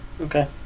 Okay